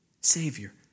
Savior